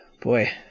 boy